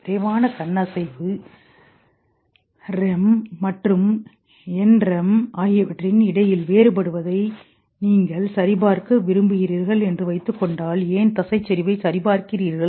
விரைவான கண் அசைவு மற்றும் விரைவான கண் அசைவு அல்லாதது ஆகியவற்றுக்கு இடையில் வேறுபடுவதை நீங்கள் சரிபார்க்க விரும்புகிறீர்கள் என்று வைத்துக் கொண்டால் ஏன் தசைச் செறிவை சரிபார்க்கிறீர்கள்